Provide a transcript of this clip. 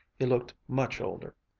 he looked much older.